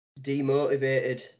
demotivated